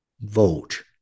vote